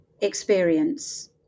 experience